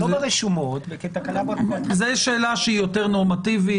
לא ברשומות --- זו שאלה שהיא יותר נורמטיבית.